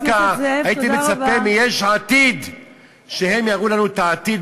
פה דווקא הייתי מצפה מיש עתיד שהם יראו לנו את העתיד,